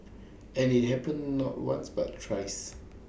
and IT happened not once but thrice